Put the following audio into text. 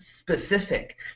specific